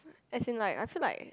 is it nice I feel like